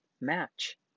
match